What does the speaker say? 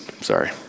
Sorry